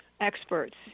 experts